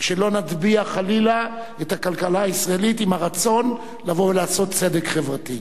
שלא נטביע חלילה את הכלכלה הישראלית עם הרצון לעשות צדק חברתי,